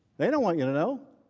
they don't want you toe know.